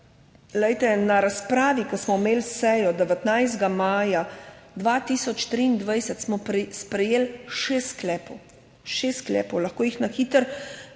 na razpravi, ko smo imeli sejo 19. maja 2023, smo sprejeli šest sklepov. Šest sklepov. Lahko jih na hitro